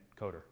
coder